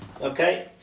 Okay